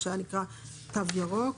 מה שהיה נקרא "תו ירוק".